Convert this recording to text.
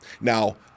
Now